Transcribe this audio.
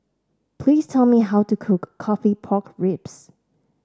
please tell me how to cook coffee Pork Ribs